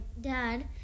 dad